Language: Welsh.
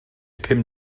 pum